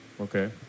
Okay